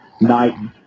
night